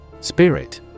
Spirit